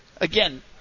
Again